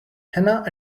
hannah